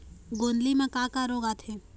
गोंदली म का का रोग आथे?